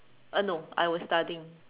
uh no I was studying